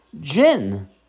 Gin